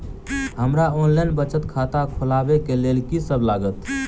हमरा ऑनलाइन बचत खाता खोलाबै केँ लेल की सब लागत?